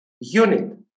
unit